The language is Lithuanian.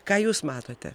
ką jūs matote